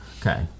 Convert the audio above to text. okay